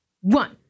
one